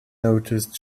noticed